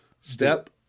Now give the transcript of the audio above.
step